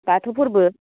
बाथौ फोरबो